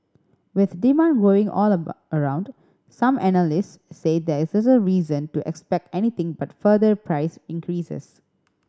with demand growing all around some analysts say there is reason to expect anything but further price increases